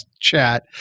chat